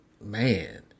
man